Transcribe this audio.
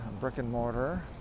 brick-and-mortar